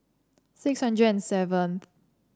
six hundred and seventh